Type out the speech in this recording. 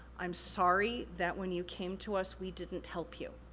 i'm sorry that when you came to us we didn't help you.